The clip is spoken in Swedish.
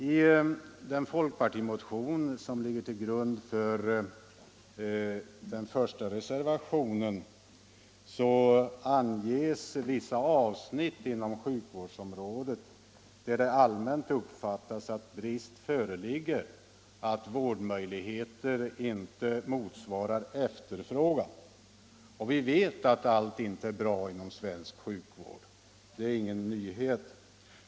I den folkpartimotion som ligger till grund för den första reservationen anges vissa avsnitt inom sjukvårdsområdet där det allmänt uppfattas att brist föreligger, att vårdmöjligheterna inte motsvarar efterfrågan. Vi vet att allt inte är bra inom svensk sjukvård. Det är ingen nyhet.